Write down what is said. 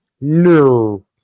No